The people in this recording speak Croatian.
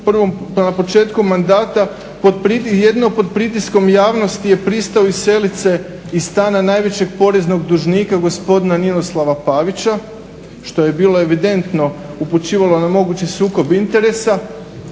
na početku mandata jedino pod pritiskom javnosti je pristao iseliti se iz stana najvećeg poreznog dužnika, gospodina Ninoslava Pavića što je bilo evidentno, upućivalo je na mogući sukob interesa.